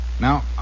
Now